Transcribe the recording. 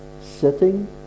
sitting